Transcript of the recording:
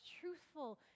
truthful